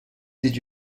did